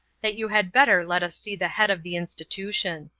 that you had better let us see the head of the institution.